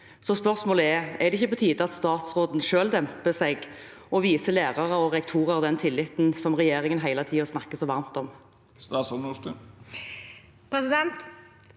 Spørsmålet er: Er det ikke på tide at statsråden selv demper seg og viser lærere og rektorer den tilliten som regjeringen hele tiden snakker så varmt om?